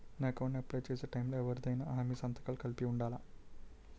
నా అకౌంట్ ను అప్లై చేసి టైం లో ఎవరిదైనా హామీ సంతకాలు కలిపి ఉండలా?